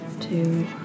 Two